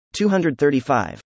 235